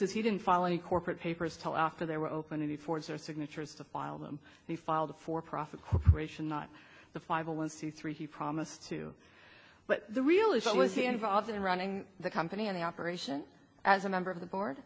is he didn't follow any corporate papers till after they were open to the fords or signatures to file them he filed for profit corporation not the five a one c three he promised to but the real issue was he involved in running the company on the operation as a member of the board